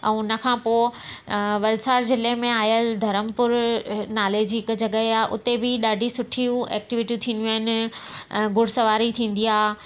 ऐं उनखां पोइ अ वल्सार जिले में आयल धर्मपुर नाले जी हिकु जॻहि आहे उते बि ॾाढी सुठियूं ऐक्टिविटियूं थींदियूं आहिनि घुड़सवारी थींदी आहे